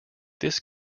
this